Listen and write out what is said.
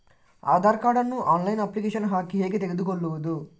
Aadhaar card ನ್ನು online application ಹಾಕಿ ಹೇಗೆ ತೆಗೆದುಕೊಳ್ಳುವುದು?